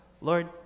Lord